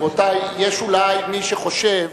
רבותי, יש אולי מי שחושב